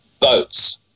votes